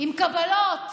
עם קבלות,